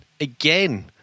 again